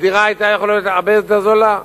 הדירה היתה יכולה להיות הרבה יותר זולה.